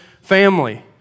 family